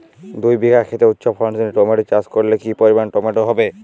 দুই বিঘা খেতে উচ্চফলনশীল টমেটো চাষ করলে কি পরিমাণ টমেটো হবে?